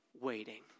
waiting